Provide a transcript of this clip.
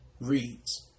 Reads